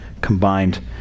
combined